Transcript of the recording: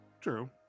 true